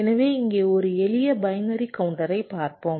எனவே இங்கே ஒரு எளிய பைனரி கவுண்டரைப் பார்ப்போம்